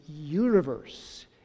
universe